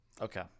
okay